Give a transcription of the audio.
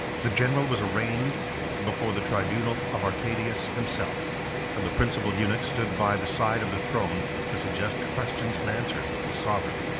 the general was arraigned before the tribunal of arcadius himself and the principal eunuch stood by the side of the throne to suggest the questions and answers of his sovereign.